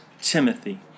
Timothy